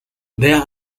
there